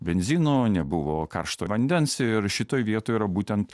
benzino nebuvo karšto vandens ir šitoj vietoj yra būtent